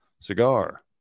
Cigar